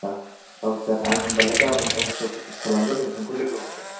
औ औ सार आं होनबालाय गाबोन अफिसाव भिजिट खालामगोन नोंथांखौ लोगो हमगोन